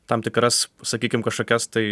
tam tikras sakykim kažkokias tai